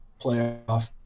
playoff